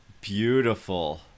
Beautiful